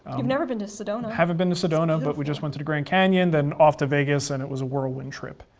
you've never been to sedona. haven't been to sedona, but we just went to the grand canyon, then off to vegas, and it was a whirlwind trip,